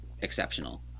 exceptional